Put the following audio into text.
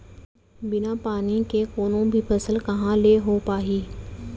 बिना पानी के कोनो भी फसल कहॉं ले हो पाही?